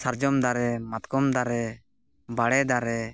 ᱥᱟᱨᱡᱚᱢ ᱫᱟᱨᱮ ᱢᱟᱛᱠᱚᱢ ᱫᱟᱨᱮ ᱵᱟᱲᱮ ᱫᱟᱨᱮ